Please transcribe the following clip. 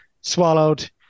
swallowed